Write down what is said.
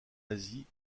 asie